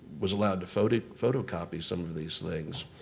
was allowed to photocopy photocopy some of these things.